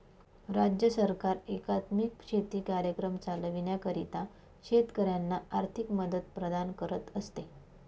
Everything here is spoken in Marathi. राज्य सरकार एकात्मिक शेती कार्यक्रम चालविण्याकरिता शेतकऱ्यांना आर्थिक मदत प्रदान करत असते